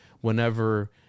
whenever